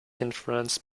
influenced